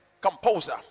composer